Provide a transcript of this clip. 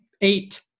eight